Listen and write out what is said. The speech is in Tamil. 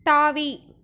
தாவி